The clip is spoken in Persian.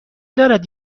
دارد